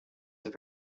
that